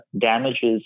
damages